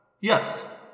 Yes